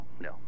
no